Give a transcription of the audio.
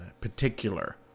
particular